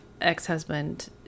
ex-husband